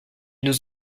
nous